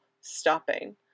stopping